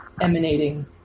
emanating